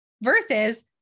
versus